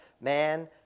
man